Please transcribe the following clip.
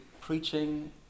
preaching